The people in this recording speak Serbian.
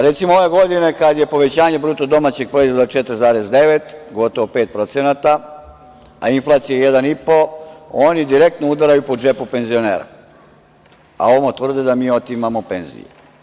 Recimo, ove godine kada je povećanje BDP 4,9, gotovo 5%, a inflacija 1,5 oni direktno udaraju po džepu penzionera, a ovamo tvrde da mi otimamo penzije.